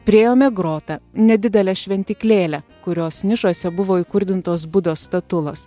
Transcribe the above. priėjome grotą nedidelę šventyklėlę kurios nišose buvo įkurdintos budos statulos